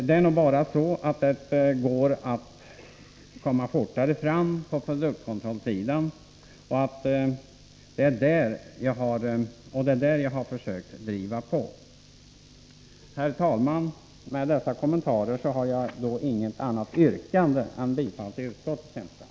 Det är nog bara så att det bör gå att komma fortare fram på produktkontrollsidan, och det är där jag har försökt driva på. Herr talman! Efter dessa kommentarer har jag inget annat yrkande än om bifall till utskottets hemställan.